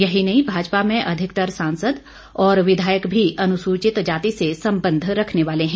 यही नहीं भाजपा में अधिकतर सांसद और विधायक भी अनुसूचित जाति से संबंध रखने वाले हैं